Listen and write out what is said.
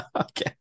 okay